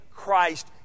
Christ